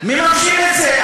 מממשים את זה.